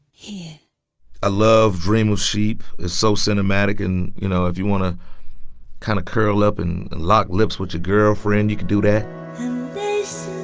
he a love dream of sheep? it's so cinematic and you know, if you want to kind of curl up in lock lips, watch a girlfriend, you can do that this